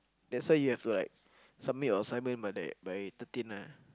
that's why you have to like submit your assignment by that by thirteen lah